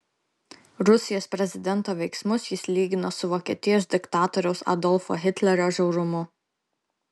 rusijos prezidento veiksmus jis lygino su vokietijos diktatoriaus adolfo hitlerio žiaurumu